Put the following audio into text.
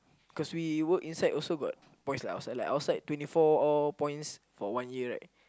cause we work inside also got points like outside like outside twenty four all points for one year right